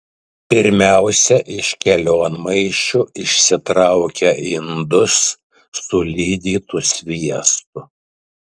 pirmiausia iš kelionmaišių išsitraukia indus su lydytu sviestu